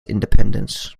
independence